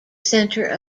centre